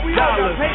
dollars